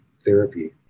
therapy